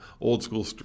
old-school